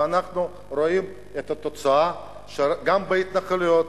ואנחנו רואים את התוצאה, שגם בהתנחלויות